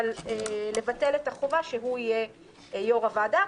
אבל לבטל את החובה שהוא יהיה יו"ר הוועדה,